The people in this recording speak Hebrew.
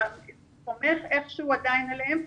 סומך איכשהו עדיין עליהם.